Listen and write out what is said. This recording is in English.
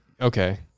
Okay